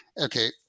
Okay